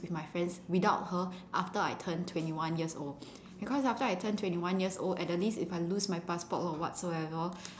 with my friends without her after after I turned twenty one years old because after I turned twenty one years old at the least if I lose my passport or whatsoever